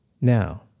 Now